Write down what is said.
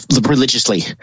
religiously